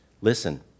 Listen